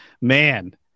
man